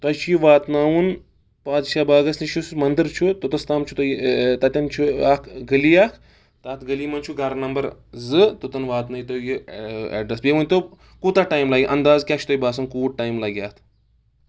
تۄہہِ چھُ یہِ واتناوُن پادشاہ باغَس نِش یُس مَندٕر چھُ توٚتَس تام چھُ تۄہہِ تَتؠن چھُ اکھ گٔلی اَکھ تَتھ گٔلی منٛز چھُ گَرٕ نمبَر زٕ توٚتَن واتنٲوتَو یہِ ایٚڈرَس بیٚیہِ ؤنتو کوٗتاہ ٹایِم لَگہِ انداز کیاہ چھُ تۄہہِ باسان کوٗت ٹایِم لَگہِ اَتھ